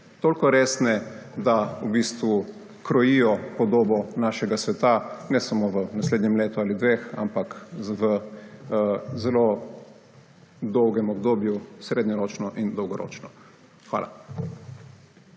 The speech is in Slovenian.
Toliko resne, da v bistvu krojijo podobo našega sveta ne samo v naslednjem letu ali dveh, ampak v zelo dolgem obdobju srednjeročno in dolgoročno. Hvala.